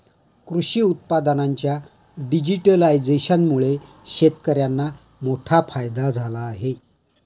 कृषी उत्पादनांच्या डिजिटलायझेशनमुळे शेतकर्यांना मोठा फायदा झाला आहे